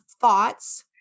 thoughts